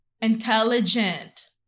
intelligent